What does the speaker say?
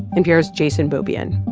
npr's jason beaubien